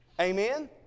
Amen